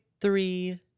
three